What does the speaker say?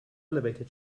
elevator